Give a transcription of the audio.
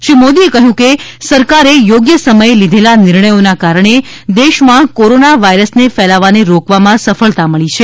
શ્રી મોદીએ કહ્યું હતું કે સરકારે યોગ્ય સમયે લીધેલા નિર્ણયોના કારણે દેશમાં કોરોના વાયરસને ફેલાવાને રોકવામાં સફળતા મળી છે